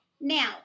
Now